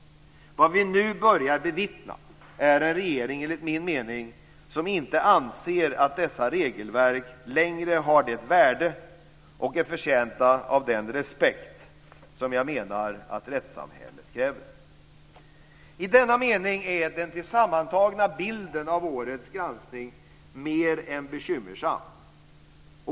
Det vi nu börjar bevittna är en regering som inte anser att dessa regelverk längre har det värde och är förtjänta av den respekt som jag menar att rättssamhället kräver. I denna mening är den sammantagna bilden av årets granskning mer än bekymmersam.